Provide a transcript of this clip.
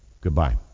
Goodbye